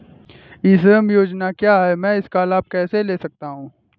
ई श्रम योजना क्या है मैं इसका लाभ कैसे ले सकता हूँ?